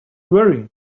worry